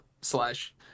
slash